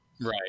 right